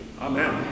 Amen